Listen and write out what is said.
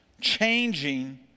Changing